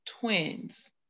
twins